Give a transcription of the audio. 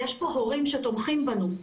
יש פה הורים שתומכים בנו.